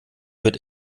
wird